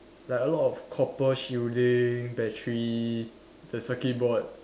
like a lot of copper shielding battery the circuit board